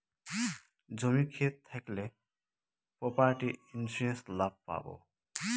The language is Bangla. জমি ক্ষেত থাকলে প্রপার্টি ইন্সুরেন্স লাভ পাবো